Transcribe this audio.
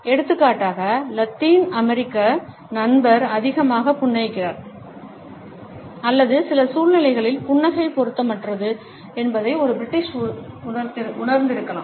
எடுத்துக்காட்டாக லத்தீன் அமெரிக்க நண்பர் அதிகமாக புன்னகைக்கிறார் அல்லது சில சூழ்நிலைகளில் புன்னகை பொருத்தமற்றது என்பதை ஒரு பிரிட்டிஷ் உணர்ந்திருக்கலாம்